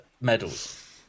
medals